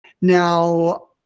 Now